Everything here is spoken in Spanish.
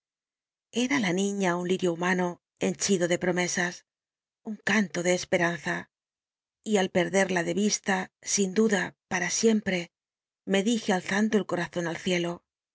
era la niña un lirio humano henchido de promesas un canto de esperanza y al perderla de vista sin duda para siempre me dije alzando el corazón al cielo